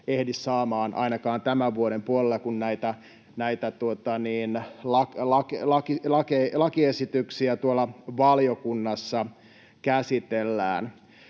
ehdi saamaan ainakaan tämän vuoden puolella, kun näitä lakiesityksiä tuolla valiokunnassa käsitellään.